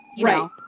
Right